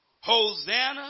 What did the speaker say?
Hosanna